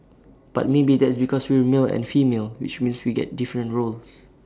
but maybe that's because we're male and female which means we get different roles